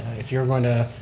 if you're going to,